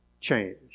change